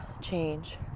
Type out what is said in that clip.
change